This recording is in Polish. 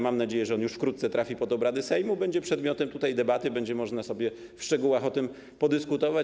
Mam nadzieję, że on już wkrótce trafi pod obrady Sejmu, będzie przedmiotem debaty tutaj, będzie można sobie w szczegółach o tym podyskutować.